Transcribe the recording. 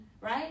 right